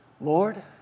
Lord